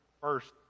first